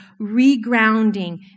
regrounding